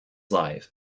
life